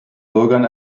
bürgern